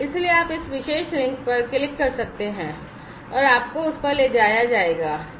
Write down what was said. इसलिए आप इस विशेष लिंक पर क्लिक कर सकते हैं और आपको उस पर ले जाया जाएगा